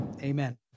Amen